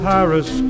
Paris